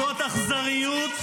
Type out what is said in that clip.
זאת אכזריות.